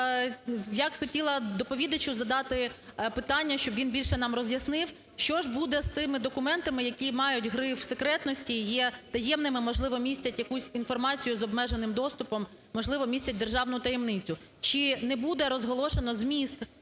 б хотіла доповідачу задати питання, щоб він більше нам роз'яснив, що ж буде з тими документами, які мають гриф секретності, є таємними, можливо, містять якусь інформацію з обмеженим доступом, можливо, містять державну таємницю. Чи не буде розголошено зміст